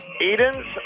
Edens